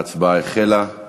ההצבעה החלה.